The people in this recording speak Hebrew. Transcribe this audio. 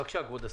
בבקשה, כבוד השר.